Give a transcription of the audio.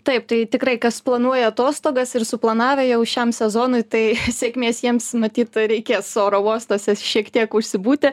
taip tai tikrai kas planuoja atostogas ir suplanavę jau šiam sezonui tai sėkmės jiems matyt reikės oro uostuose šiek tiek užsibūti